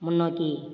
முன்னோக்கி